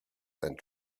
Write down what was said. and